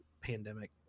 pandemic